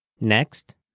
Next